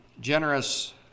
generous